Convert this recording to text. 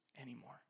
anymore